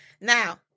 Now